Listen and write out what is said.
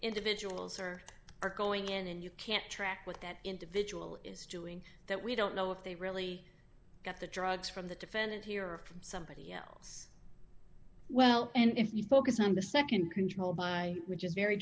individuals or are going in and you can't track with that individual is doing that we don't know if they really got the drugs from the defendant here or from somebody else well and if you focus on the nd control by which is very